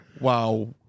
Wow